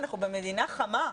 אנחנו במדינה חמה,